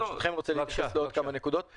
ברשותכם, אני רוצה לסגור עוד כמה נקודות.